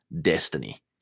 destiny